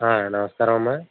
నమస్కారం అమ్మ